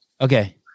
Okay